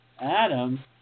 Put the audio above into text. Adam